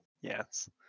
yes